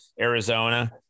Arizona